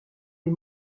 les